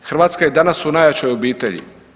Hrvatska je danas u najjačoj obitelji.